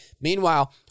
Meanwhile